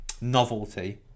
novelty